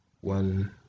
one